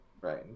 right